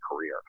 career